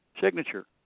signature